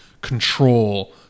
control